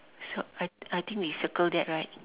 so I I think we circle that right